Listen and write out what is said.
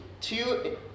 two